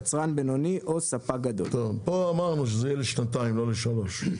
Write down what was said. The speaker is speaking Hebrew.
יצרן בינוני או ספק גדול."; ד ה פה אמרנו שזה יהיה לשנתיים לא לשלוש.